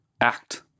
act